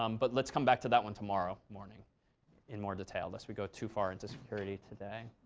um but let's come back to that one tomorrow morning in more detail. less we go too far into security today.